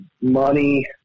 money